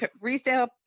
resale